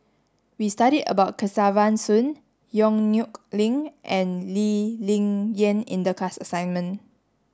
we studied about Kesavan Soon Yong Nyuk Lin and Lee Ling Yen in the class assignment